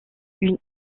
une